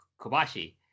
Kobashi